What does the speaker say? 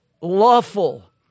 lawful